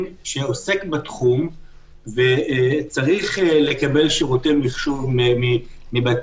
שעוסק בתחום והוא צריך לקבל שירות מבתי-הדין.